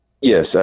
Yes